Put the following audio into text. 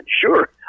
sure